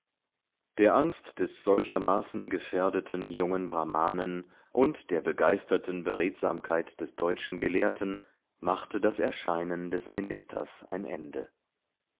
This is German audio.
der angst des solchermaßen gefährdeten jungen brahmanen und der begeisterten beredsamkeit des deutschen gelehrten machte das erscheinen des ministers ein ende